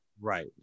Right